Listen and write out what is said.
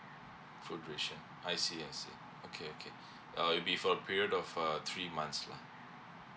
full duration I see I see okay okay uh it'll be for a period of uh three months lah